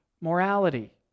morality